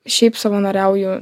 šiaip savanoriauju